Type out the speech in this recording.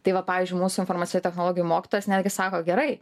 tai va pavyzdžiui mūsų informacijoje technologijų mokytojas netgi sako gerai